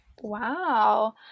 Wow